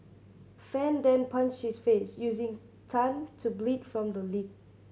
fan then punched his face using Tan to bleed from the lip